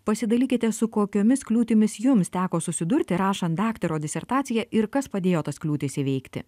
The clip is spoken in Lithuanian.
pasidalykite su kokiomis kliūtimis jums teko susidurti rašant daktaro disertaciją ir kas padėjo tas kliūtis įveikti